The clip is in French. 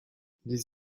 ils